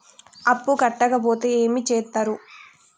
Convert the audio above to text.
అప్పు కట్టకపోతే ఏమి చేత్తరు?